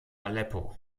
aleppo